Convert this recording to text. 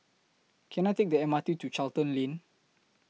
Can I Take The M R T to Charlton Lane